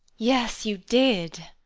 yes, you did!